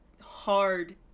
hard